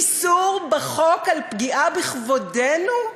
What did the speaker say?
איסור בחוק על פגיעה בכבודנו?